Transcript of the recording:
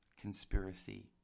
conspiracy